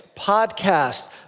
podcasts